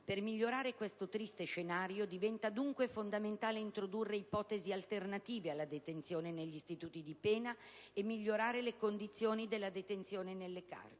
Per migliorare questo triste scenario diventa, dunque, fondamentale introdurre ipotesi alternative alla detenzione negli istituti di pena e migliorare le condizioni della detenzione nelle carceri.